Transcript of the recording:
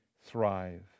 thrive